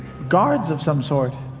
guards of some sort?